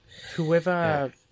Whoever